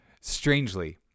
Strangely